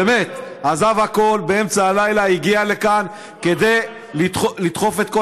עזב הכול באמצע הלילה והגיע לכאן כדי לדחוף את כל,